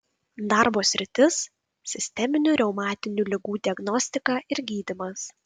darbo sritis sisteminių reumatinių ligų diagnostika ir gydymas